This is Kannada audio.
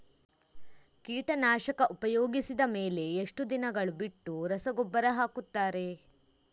ಕೀಟನಾಶಕ ಉಪಯೋಗಿಸಿದ ಮೇಲೆ ಎಷ್ಟು ದಿನಗಳು ಬಿಟ್ಟು ರಸಗೊಬ್ಬರ ಹಾಕುತ್ತಾರೆ?